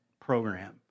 program